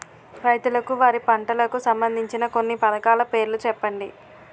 రైతులకు వారి పంటలకు సంబందించిన కొన్ని పథకాల పేర్లు చెప్పండి?